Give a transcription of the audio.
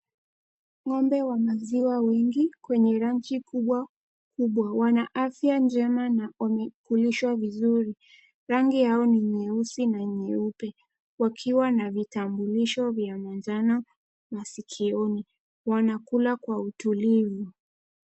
Ngombe wa maziwa wengi kwenye ranchi kubwa kubwa wanaafya njema na wamekulishwa vizuri rangi yao ni nyeusi na nyeupe wakiwa na vitambulisho vya manjano masikioni wanakula kwa utulivu.